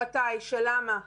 של מתי, של למה.